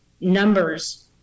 numbers